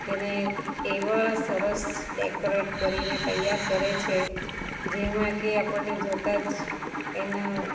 તેને એવા સરસ ડેકોરેટ કરીને તૈયાર કરે છે જેમાં કે આપણને જોતાં જ એના